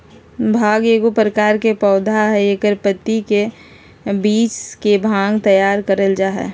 भांग एगो प्रकार के पौधा हइ एकर पत्ति के पीस के भांग तैयार कइल जा हइ